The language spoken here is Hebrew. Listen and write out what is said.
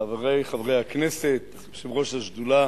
חברי חברי הכנסת, יושב-ראש השדולה